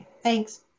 Thanks